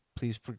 Please